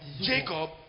Jacob